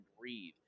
breathe